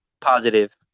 positive